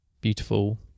beautiful